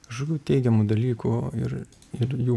kažkokių teigiamų dalykų ir ir jų